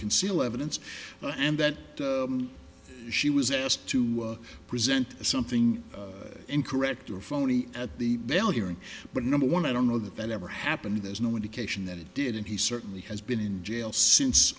conceal evidence well and that she was asked to present something incorrect or phony at the bell hearing but number one i don't know that that ever happened there's no indication that it did and he certainly has been in jail since